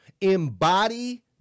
Embody